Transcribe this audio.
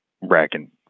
racking